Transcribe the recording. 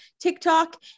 TikTok